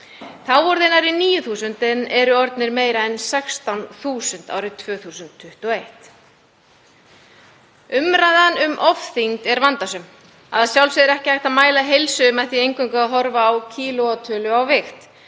Þá voru þeir nærri 9.000 eru orðnir meira en 16.000 árið 2021. Umræðan um ofþyngd er vandasöm. Að sjálfsögðu er ekki hægt að mæla heilsu með því eingöngu að horfa á kíló og tölu á vigt.